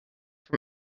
from